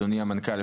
אדוני המנכ"ל,